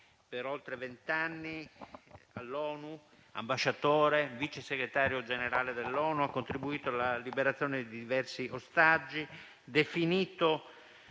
per oltre vent'anni all'ONU. Ambasciatore, Vice Segretario Generale dell'ONU, ha contribuito alla liberazione di diversi ostaggi ed